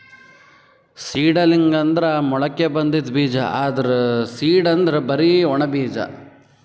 seedling ಅಂದ್ರ ಮೊಳಕೆ ಬಂದಿದ್ ಬೀಜ, ಆದ್ರ್ ಸೀಡ್ ಅಂದ್ರ್ ಬರಿ ಒಣ ಬೀಜ